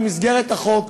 במסגרת החוק,